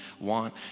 want